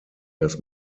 dass